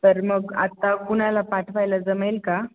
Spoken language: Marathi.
तर मग आत्ता कुणाला पाठवायला जमेल का